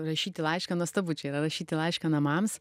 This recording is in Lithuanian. rašyti laišką nuostabu čia yra rašyti laišką namams